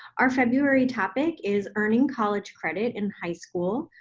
our february topic is earning college credit in high school,